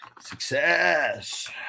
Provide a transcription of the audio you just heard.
success